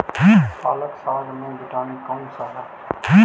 पालक साग में विटामिन कौन सा है?